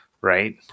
right